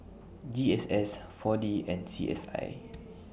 G S S four D and C S I